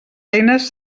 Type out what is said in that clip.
eines